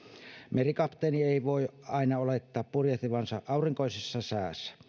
merikapteeni ei voi aina olettaa purjehtivansa aurinkoisessa säässä